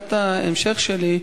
שאלת ההמשך שלי היא: